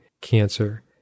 cancer